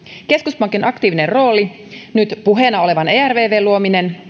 keskuspankin aktiivinen rooli nyt puheena olevan ervvn luominen